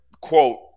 quote